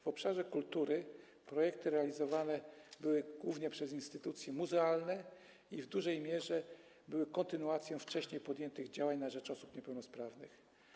W obszarze kultury projekty realizowane były głównie przez instytucje muzealne i w dużej mierze były kontynuacją wcześniej podjętych działań na rzecz osób niepełnosprawnych.